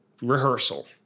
rehearsal